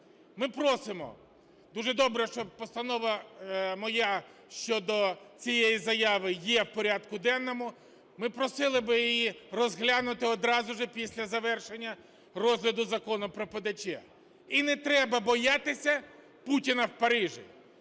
Ми просимо, дуже добре, що постанова моя щодо цієї заяви є в порядку денному, ми просили би її розглянути одразу після завершення розгляду Закону про ПДЧ. І не треба боятися Путіна в Парижі.